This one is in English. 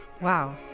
Wow